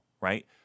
right